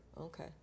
Okay